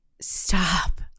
stop